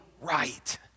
right